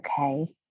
okay